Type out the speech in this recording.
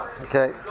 okay